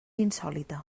insòlita